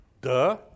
duh